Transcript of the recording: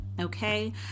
okay